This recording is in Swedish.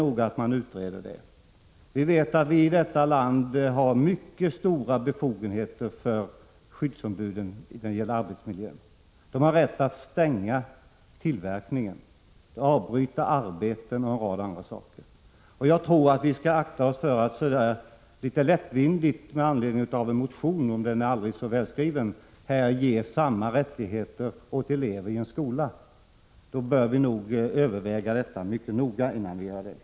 Vi vet att skyddsombuden på arbetsplatserna i detta land har mycket stora befogenheter när det gäller arbetsmiljön. De har rätt att stänga tillverkningen, avbryta arbeten och en rad andra saker. Jag tror att vi skall akta oss för att så lättvindigt, med anledning av en motion, även om den är aldrig så välskriven, här ge samma rättigheter till elever i en skola. Vi bör överväga mycket noga innan vi gör det.